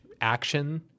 action